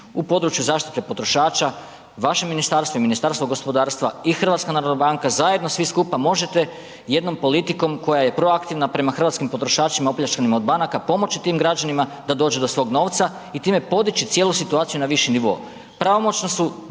U području zaštite potrošača vaše ministarstvo i Ministarstvo gospodarstva i HNB zajedno svi skupa možete jednom politikom koja je proaktivna prema hrvatskim potrošačima opljačkanim od banaka pomoći tim građanima da dođu do svog novca i time podići cijelu situaciju na viši nivo.